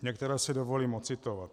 Některé si dovolím ocitovat.